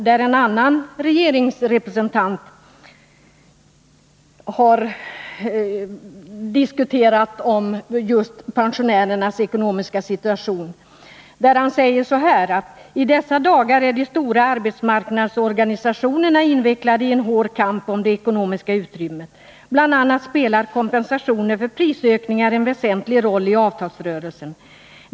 där en annan regeringsrepresentant har diskuterat pensionärernas ekonomiska situation. Han säger så här: ”TI dessa dagar är de stora arbetsmarknadsorganisationerna invecklade i en hård kamp om det ekonomiska utrymmet. Bl. a. spelar kompensationer för prisökningar en väsentlig roll i avtalsrörelsen.